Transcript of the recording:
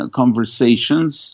conversations